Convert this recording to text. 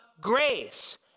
grace